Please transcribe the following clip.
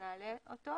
שנעלה אותו?